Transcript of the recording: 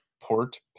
Port